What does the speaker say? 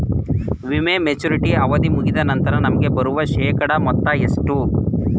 ವಿಮೆಯ ಮೆಚುರಿಟಿ ಅವಧಿ ಮುಗಿದ ನಂತರ ನಮಗೆ ಬರುವ ಶೇಕಡಾ ಮೊತ್ತ ಎಷ್ಟು?